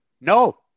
No